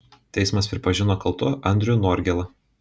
teismas pripažino kaltu andrių norgėlą